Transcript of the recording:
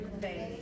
faith